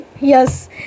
yes